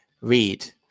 read